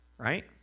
right